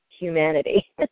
humanity